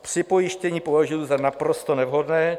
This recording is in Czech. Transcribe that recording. Připojištění považuji za naprosto nevhodné.